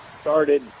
started